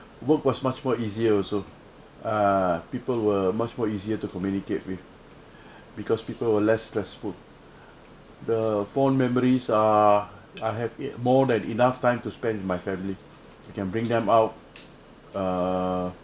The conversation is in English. work was much more easier also uh people were much more easier to communicate with because people were less stressful the fond memories ah I have more than enough time to spend with my family you can bring them out uh